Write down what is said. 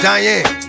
Diane